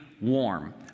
warm